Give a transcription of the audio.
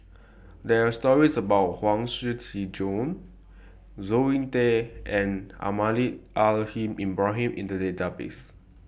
There Are stories about Huang Shiqi Joan Zoe Tay and Almahdi Al Haj Ibrahim in The Database